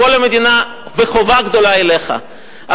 כל המדינה בחובה גדולה אליך,